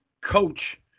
coach